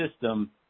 system